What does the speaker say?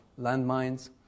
landmines